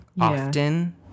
often